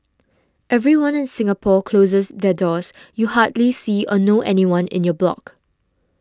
everyone in Singapore closes their doors you hardly see or know anyone in your block